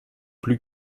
plus